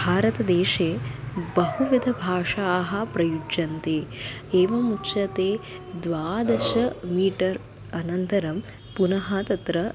भारतदेशे बहुविधभाषाः प्रयुज्यन्ते एवमुच्यते द्वादश मीटर् अनन्तरं पुनः तत्र